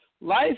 Life